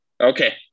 Okay